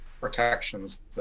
protections